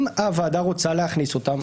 אם הוועדה רוצה להכניס אותן,